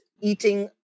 eating